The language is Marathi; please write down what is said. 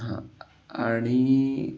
हां आणि